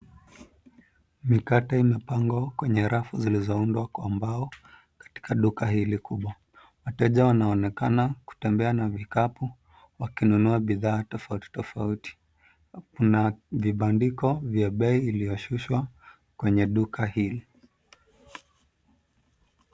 Mikate imepangwa kwenye rafu zilizoundwa kwa mbao katika duka hili kubwa. Wateja wanaonekana kutembea na vikapu wakinunua bidhaa tofauti tofauti. Kuna vibandiko vya bei iliyo shushwa kwenye duka hili.